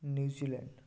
New Zealand